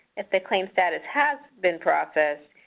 if the claim status has been processed,